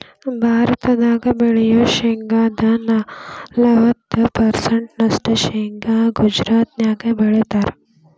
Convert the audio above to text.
ಭಾರತದಾಗ ಬೆಳಿಯೋ ಶೇಂಗಾದ ನಲವತ್ತ ಪರ್ಸೆಂಟ್ ನಷ್ಟ ಶೇಂಗಾ ಗುಜರಾತ್ನ್ಯಾಗ ಬೆಳೇತಾರ